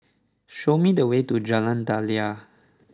show me the way to Jalan Daliah